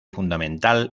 fundamental